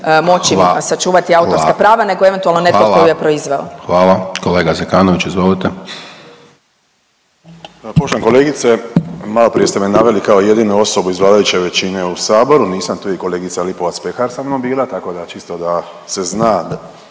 moći sačuvati autorska prava, nego eventualno netko tko ju je proizveo. **Hajdaš Dončić, Siniša (SDP)** Hvala. Kolega Zekanović, izvolite. **Zekanović, Hrvoje (HDS)** Poštovana kolegice malo prije ste me naveli kao jedinu osobu iz vladajuće većine u Saboru. Nisam tu je i kolegica Lipovac Pehar sa mnom bila, tako da čisto da se zna